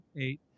eight